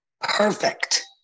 perfect